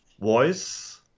voice